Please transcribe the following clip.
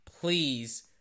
please